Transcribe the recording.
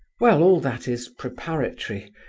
well, all that is preparatory.